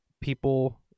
people